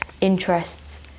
interests